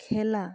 খেলা